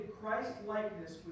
Christ-likeness